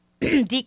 decrease